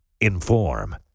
inform